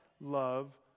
love